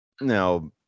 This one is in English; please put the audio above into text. now